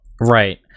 Right